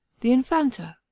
the infanta.